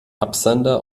absender